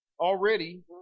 already